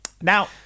now